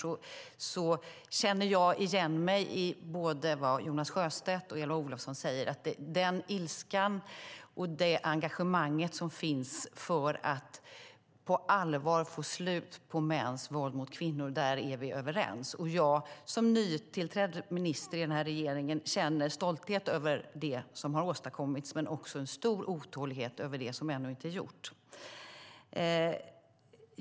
Jag känner igen mig i både vad Jonas Sjöstedt och Eva Olofsson säger, och vi är överens i den ilska och det engagemang som finns för att på allvar få slut på mäns våld mot kvinnor. Som nytillträdd minister i regeringen känner jag stolthet över det som har åstadkommits men också en stor otålighet över det som ännu inte är gjort.